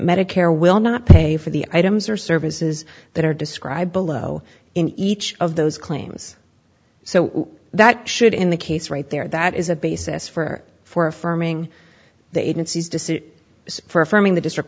medicare will not pay for the items or services that are described below in each of those claims so that should in the case right there that is a basis for for affirming the agency's decision for affirming the district